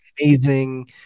amazing